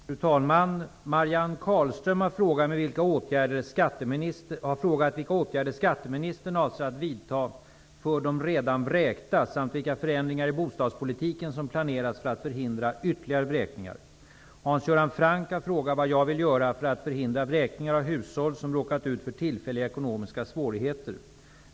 Fru talman! Marianne Carlström har frågat vilka åtgärder skatteministern avser att vidta för de redan vräkta samt vilka förändringar i bostadspolitiken som planeras för att förhindra ytterligare vräkningar. Hans Göran Franck har frågat vad jag vill göra för att förhindra vräkningar av hushåll som råkar ut för tillfälliga ekonomiska svårigheter.